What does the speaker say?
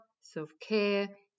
self-care